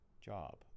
job